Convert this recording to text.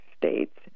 states